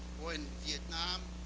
where in vietnam,